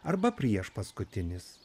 arba priešpaskutinis